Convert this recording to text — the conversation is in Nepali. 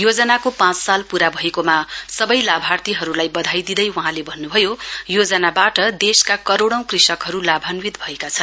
योजनाको पाँच साल पूरा भएकोमा सबै लाभार्थीहरूलाई बधाई दिँदै वहाँले भन्न्भयो योजनावाट देशका करोडौं कृषकहरू लाभान्वित भएका छन्